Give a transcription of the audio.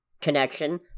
connection